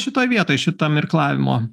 šitoj vietoj šitam irklavimo